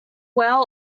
well